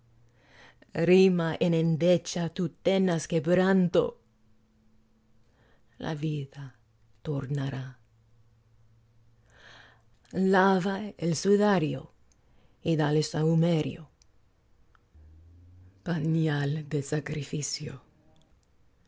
en endecha tu tenaz quebranto la vida tornará lava el sudario y dale sahumerio pañal de sacrificio